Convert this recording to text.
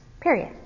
Period